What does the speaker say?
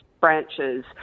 branches